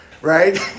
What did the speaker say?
right